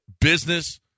business